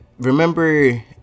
Remember